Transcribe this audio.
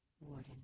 Warden